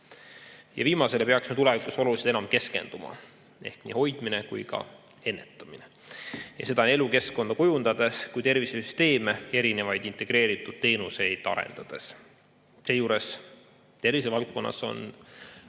Viimasele peaksime tulevikus oluliselt enam keskenduma. Ehk nii hoidmine kui ka ennetamine. Seda nii elukeskkonda kujundades kui ka tervishoiusüsteeme ja erinevaid integreeritud teenuseid arendades. Seejuures tervisevaldkonnas on,